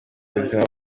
ubuzima